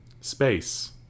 Space